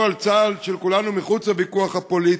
על צה"ל של כולנו מחוץ לוויכוח הפוליטי.